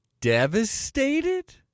devastated